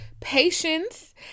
patience